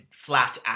flat